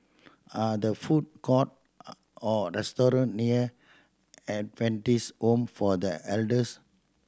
are the food court or restaurant near Adventist Home for The Elders